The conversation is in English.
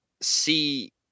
see